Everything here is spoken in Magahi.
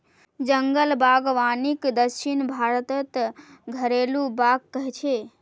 जंगल बागवानीक दक्षिण भारतत घरेलु बाग़ कह छे